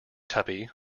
tuppy